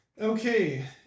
Okay